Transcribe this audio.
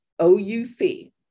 OUC